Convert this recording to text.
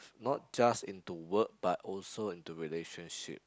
not just into work but also into relationship